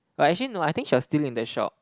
but actually no I think she was still in the shop